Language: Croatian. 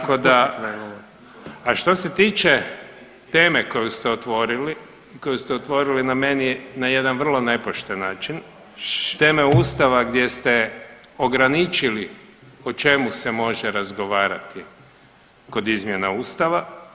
Tako da, a što se tiče teme koju ste otvorili, koju ste otvorili na meni na jedan vrlo nepošten način, teme Ustava gdje ste ograničili o čemu se može razgovarati kod izmjena Ustava.